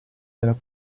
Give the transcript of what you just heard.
della